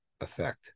effect